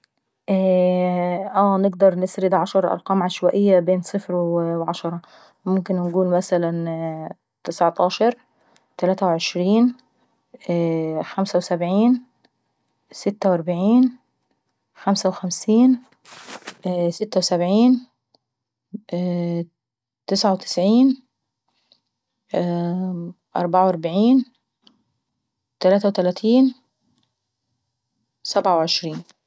نقدر نسرد عشر ارقام عشوائية بين صفر وعشرة (مية). ممكن نقول مثلا تشعطاشر، تلاتة وعشرين، خمسة وسبعين، ستة وإربعين، خمسة وخمسينـ ستة وسبعين، اييه تسعة وتعسين أربعة أربعين، تلاتة وتلاتين، سبعة وعشرين.